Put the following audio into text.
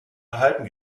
erhalten